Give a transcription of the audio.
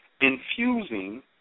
infusing